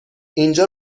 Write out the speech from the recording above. اینجا